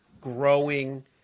growing